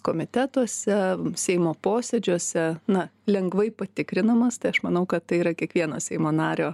komitetuose seimo posėdžiuose na lengvai patikrinamas tai aš manau kad tai yra kiekvieno seimo nario